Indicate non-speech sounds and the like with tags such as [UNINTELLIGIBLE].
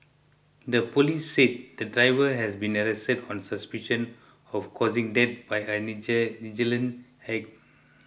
the police said the driver has been arrested on suspicion of causing death by a [UNINTELLIGIBLE] negligent act